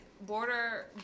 border